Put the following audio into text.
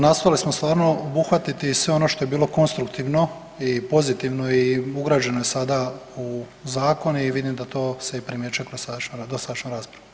Nastojali smo stvarno obuhvatiti sve ono što je bilo konstruktivno i pozitivno i ugrađeno je sada u zakon i vidim da se to i primjećuje kroz dosadašnju raspravu.